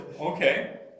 Okay